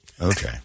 Okay